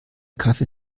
kaffee